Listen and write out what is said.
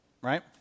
right